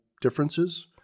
differences